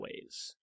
ways